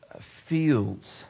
fields